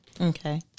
Okay